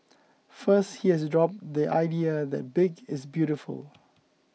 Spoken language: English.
first he has dropped the idea that big is beautiful